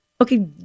Okay